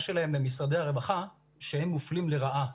שלהם למשרדי הרווחה שהם מופלים לרעה,